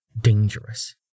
dangerous